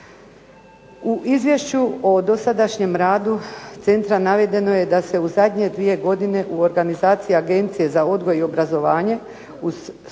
U izvješću o dosadašnjem radu centra navedeno je da se u zadnje 2 godine u organizaciji Agencije za odgoj i obrazovanje uz stručnu